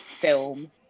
film